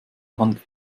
handelt